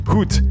Goed